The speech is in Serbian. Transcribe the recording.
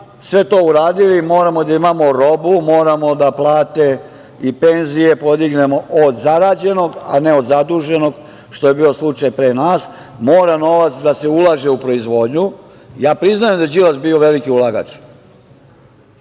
sve to uradili moramo da imamo robu, moramo da plate i penzije podignemo od zarađenog, a ne od zaduženog, što je bio slučaj pre nas. Mora novac da se ulaže u proizvodnju. Ja priznajem da je Đilas bio veliki ulagač.